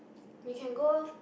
we can go